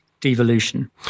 devolution